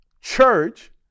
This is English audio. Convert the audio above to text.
church